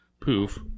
poof